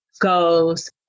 Goes